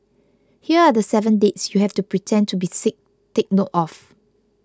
here are the seven dates you have to pretend to be sick take note of